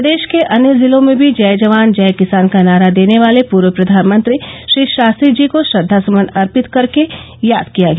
प्रदेश के अन्य जिलों में भी जय जवान जय किसान का नारा देने वाले पूर्व प्रधानमंत्री श्री शास्त्री जी को श्रद्धा सुमन अर्पित कर के याद किया गया